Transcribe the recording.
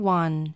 one